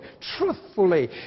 truthfully